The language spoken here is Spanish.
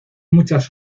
muchas